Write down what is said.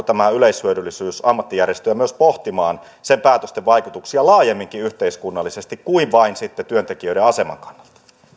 tämä yleishyödyllisyys ammattijärjestöjä pohtimaan päätöstensä vaikutuksia laajemminkin yhteiskunnallisesti kuin vain työntekijöiden aseman kannalta